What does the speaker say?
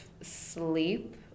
sleep